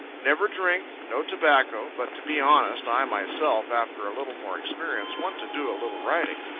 never drink, no tobacco, but to be honest, i myself, after a little more experience, want to do a little writing.